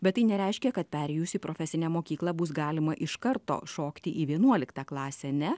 bet tai nereiškia kad perėjus į profesinę mokyklą bus galima iš karto šokti į vienuoliktą klasę ne